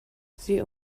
sie